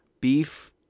beef